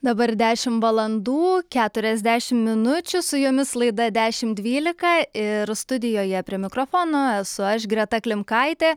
dabar dešim valandų keturiasdešim minučių su jumis laida dešim dvylika ir studijoje prie mikrofono esu aš greta klimkaitė